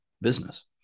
business